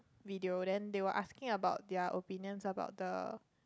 video then they were asking about their opinions about the